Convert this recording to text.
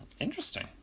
interesting